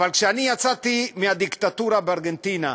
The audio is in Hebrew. אבל כשאני יצאתי מהדיקטטורה בארגנטינה,